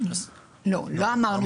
זה תהליך